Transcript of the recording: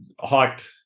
hiked